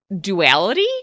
duality